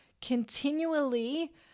continually